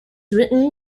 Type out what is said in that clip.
written